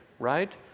right